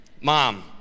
Mom